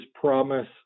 promise